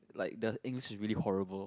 like the English is really horrible